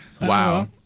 Wow